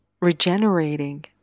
regenerating